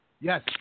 Yes